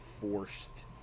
forced